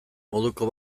moduko